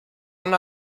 run